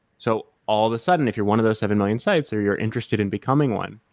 so all of a sudden if you're one of those seven million sites or you're interested in becoming one,